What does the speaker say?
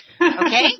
Okay